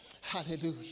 Hallelujah